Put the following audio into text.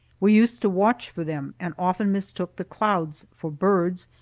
we used to watch for them, and often mistook the clouds for birds,